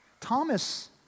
Thomas